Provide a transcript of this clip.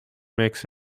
makes